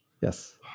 Yes